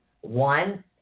One